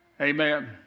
amen